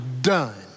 done